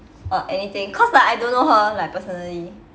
or anything cause like I don't know her like personally